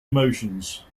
emotions